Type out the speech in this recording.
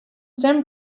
zen